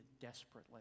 desperately